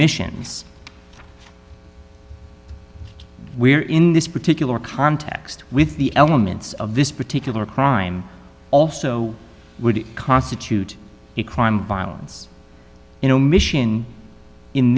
missions where in this particular context with the elements of this particular crime also would constitute a crime violence in our mission in